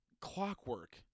clockwork